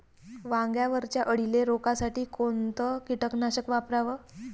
वांग्यावरच्या अळीले रोकासाठी कोनतं कीटकनाशक वापराव?